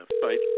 fight